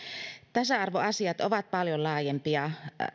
tasa arvoasiat ovat paljon laajempia